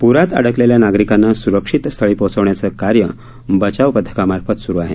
प्रात अडकलेल्या नागरिकांना सुरक्षित स्थळी पोहचवण्याचे कार्य बचाव पथकामार्फत सुरू आहे